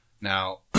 Now